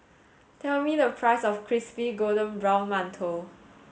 tell me the price of crispy golden brown mantou